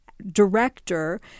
director